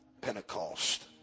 Pentecost